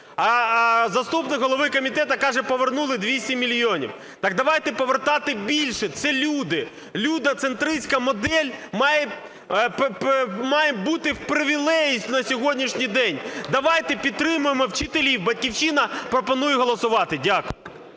А заступник голови комітету каже – повернули 200 мільйонів. Так давайте повертати більше. Це люди. Людиноцентристська модель має бути у привілеї на сьогоднішній день. Давайте підтримаємо вчителів. "Батьківщина" пропонує голосувати. Дякую.